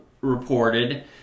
reported